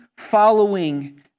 following